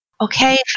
Okay